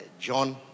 John